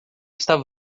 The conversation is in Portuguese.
estava